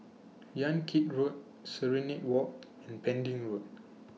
Yan Kit Road Serenade Walk and Pending Road